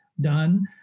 done